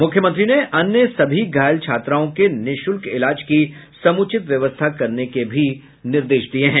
मुख्यमंत्री ने अन्य सभी घायल छात्राओं के निःशुल्क इलाज की समुचित व्यवस्था करने के भी निर्देश दिये हैं